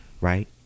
Right